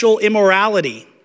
immorality